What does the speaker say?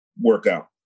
workout